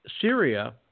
Syria